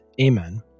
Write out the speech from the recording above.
Amen